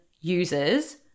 users